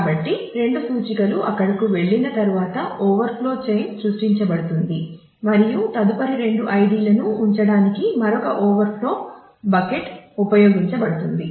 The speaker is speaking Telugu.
కాబట్టి 2 సూచికలు అక్కడకు వెళ్ళిన తరువాత ఓవర్ఫ్లో చైన్ ఉపయోగించబడుతుంది